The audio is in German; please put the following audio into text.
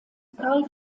carl